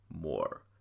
more